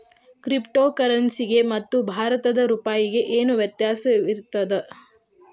Crypto ಕರೆನ್ಸಿಗೆ ಮತ್ತ ಭಾರತದ್ ರೂಪಾಯಿಗೆ ಏನ್ ವ್ಯತ್ಯಾಸಿರ್ತದ?